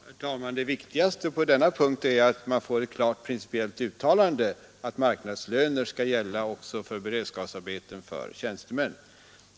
Herr talman! Det viktigaste i detta sammanhang är att vi nu fått ett klart principiellt uttalande att marknadslön skall gälla också för beredskapsarbeten för tjänstemän.